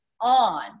on